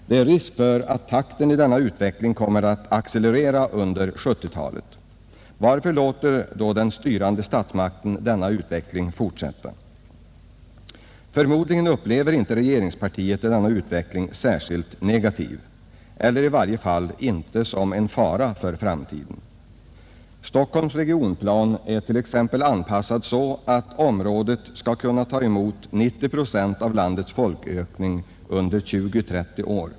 Det är risk för att takten i denna utveckling kommer att accelerera under 1970 talet. Varför låter då den styrande statsmakten denna utveckling fortsätta? Förmodligen upplever inte regeringspartiet denna utveckling som särskilt negativ eller i varje fall inte som en fara för framtiden. Stockholms regionplan är t.ex. anpassad så att området i fråga skall kunna ta emot 90 procent av landets folkökning under 20—30 år.